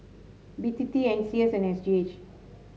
B T T N C S and S G H